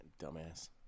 Dumbass